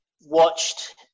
watched